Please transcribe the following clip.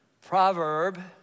proverb